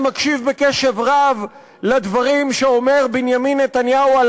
אני מקשיב בקשב רב לדברים שאומר בנימין נתניהו על